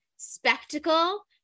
spectacle